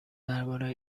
درباره